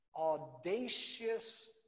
audacious